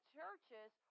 churches